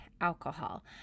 alcohol